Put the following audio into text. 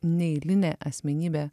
neeilinė asmenybė